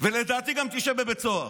ולדעתי גם תשב בבית סוהר.